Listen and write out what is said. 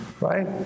right